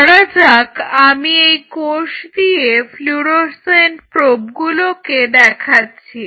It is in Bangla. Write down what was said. ধরা যাক আমি এই রং দিয়ে ফ্লুরোসেন্ট প্রোবগুলোকে দেখাচ্ছি